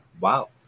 Wow